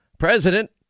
president